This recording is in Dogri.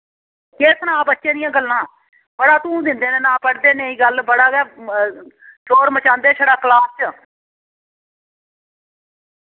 केह् सनां बच्चे दि'यां गल्लां बड़ा धूं दिंदे न ना पढ़दे नेईं गल्ल बड़ा गै शोर मचांदे छड़ा क्लास च